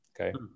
okay